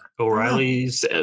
O'Reilly's